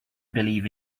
believe